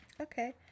Okay